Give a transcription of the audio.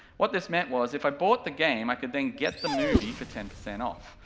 what this meant was, if i bought the game, i could then get the movie for ten percent off,